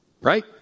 right